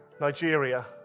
Nigeria